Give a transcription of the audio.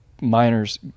miners